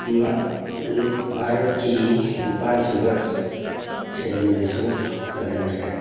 ꯚꯥꯔꯠꯀꯤ ꯅꯤꯄꯥꯜ ꯁꯨꯕ ꯁꯦꯗꯨꯜꯗꯁꯨ ꯆꯜꯍꯟꯈ꯭ꯔꯦ